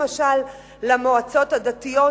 למשל למועצות הדתיות,